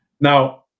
Now